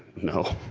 no